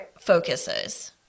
focuses